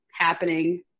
happening